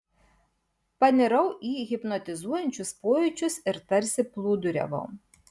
panirau į hipnotizuojančius pojūčius ir tarsi plūduriavau